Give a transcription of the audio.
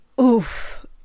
oof